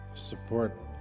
Support